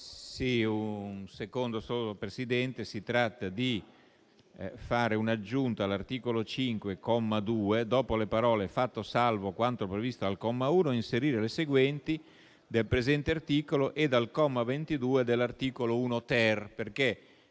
Signor Presidente, si propone di fare un'aggiunta all'articolo 5, comma 2. Dopo le parole: «fatto salvo quanto previsto dal comma 1» inserire le seguenti: «del presente articolo e dal comma 22 dell'articolo 1-*ter*».